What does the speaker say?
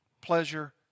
pleasure